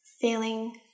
feeling